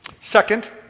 Second